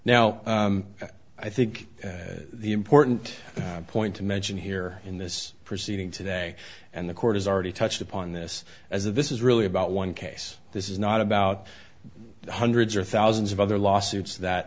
now i think the important point to mention here in this proceeding today and the court has already touched upon this as of this is really about one case this is not about the hundreds or thousands of other lawsuits that